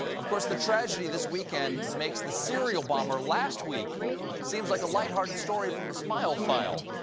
of course, the tragedy this weekend makes the serial bomber last week seem like a lighthearted story from the smile file.